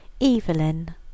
Evelyn